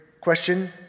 question